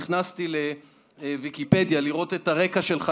נכנסתי לוויקיפדיה לראות את הרקע שלך,